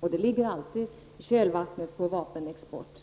Det ligger alltid i kölvattnet på vapenexport.